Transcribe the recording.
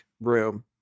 room